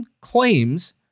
claims